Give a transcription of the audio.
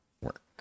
work